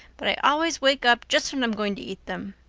but i always wake up just when i'm going to eat them.